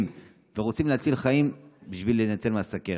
ורוצים להציל חיים בשביל להינצל מהסוכרת.